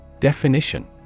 Definition